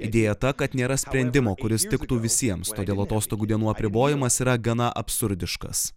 idėja ta kad nėra sprendimo kuris tiktų visiems todėl atostogų dienų apribojimas yra gana absurdiškas